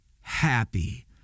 happy